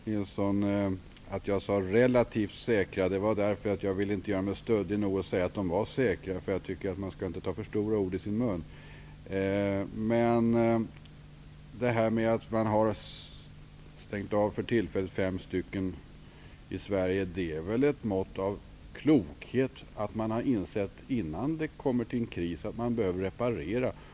Herr talman! Jag sade ''relativt säkra'' därför att jag inte på något sätt ville vara stöddig och säga att de var säkra. Jag tycker inte att man skall ta för stora ord i sin mun. Att man tillfälligt stängt av fem reaktorer i Sverige är väl ett mått av klokhet; man har insett att de behöver repareras innan det blir kris.